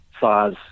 size